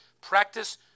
Practice